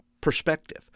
perspective